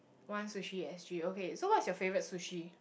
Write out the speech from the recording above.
one sushi S_G okay so what is your favourite sushi